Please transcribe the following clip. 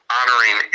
honoring